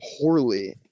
poorly